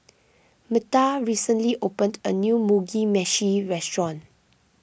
Metha recently opened a new Mugi Meshi restaurant